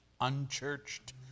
unchurched